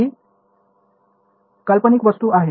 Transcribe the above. ही काल्पनिक वस्तू आहे